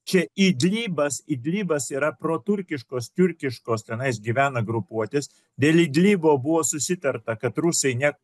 čia idlibas idlibas yra pro turkiškos turkiškos tenais gyvena grupuotės dėl idlibo buvo susitarta kad rusai ne